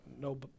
no